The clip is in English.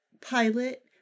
Pilot